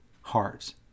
hearts